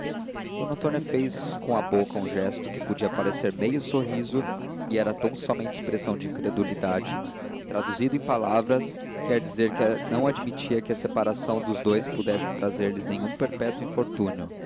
d antônia faz com a boca um gesto que podia parecer meio sorriso e era tão-somente expressão de incredulidade traduzido em palavras quer dizer que não admitia que a separação dos dous pudesse trazer lhes nenhum perpétuo infortúnio